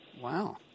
Wow